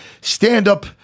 stand-up